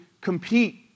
compete